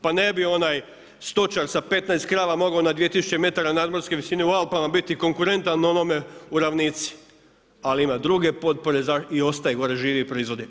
Pa ne bi onaj stočar sa 15 krava mogao na 2000 m nadmorske visine u Alpama biti konkurentan onome u ravnici, ali ima druge potpore i ostaje gore živi i proizvodi.